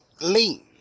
lean